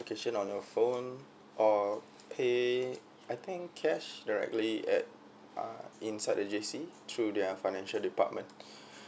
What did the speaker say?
application on your phone or pay I think cash directly at uh inside the JC through their financial department